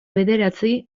bederatzi